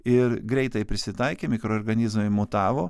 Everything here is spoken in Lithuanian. ir greitai prisitaikė mikroorganizmai mutavo